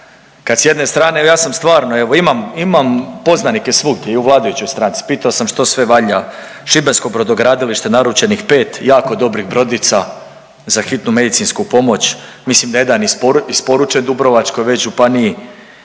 kad s jedne strane evo ja sam stvarno imam poznanike svugdje i u vladajućoj stranci, pitao sam što sve valja, Šibensko brodogradilište naručenih pet jako dobrih brodica za hitnu medicinsku pomoć, mislim da je jedan isporučen Dubrovačkoj već županiji,